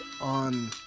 on